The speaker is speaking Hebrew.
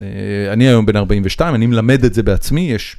אני היום בן 42 אני מלמד את זה בעצמי.